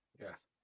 Yes